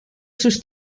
sus